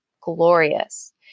glorious